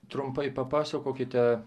trumpai papasakokite